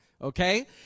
okay